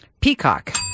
Peacock